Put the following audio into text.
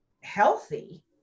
healthy